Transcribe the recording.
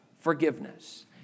forgiveness